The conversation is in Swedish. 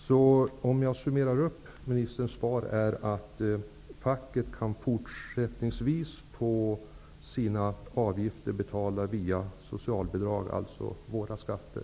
Fru talman! Om jag summerar ministerns svar är det att facket fortsättningsvis kan få sina avgifter betalda via socialbidrag, dvs. våra skatter.